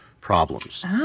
problems